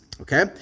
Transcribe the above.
Okay